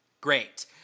Great